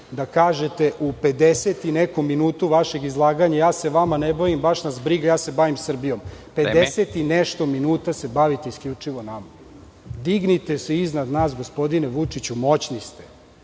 da kažete u pedeset i nekom minutu vašeg izlaganja – ja se vama ne bavim, baš nas briga, ja se bavim Srbijom. Pedeset i nešto minuta se bavite isključivo nama. Dignite se iznad nas, gospodine Vučiću, moćni ste.